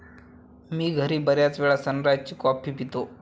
मी घरी बर्याचवेळा सनराइज ची कॉफी पितो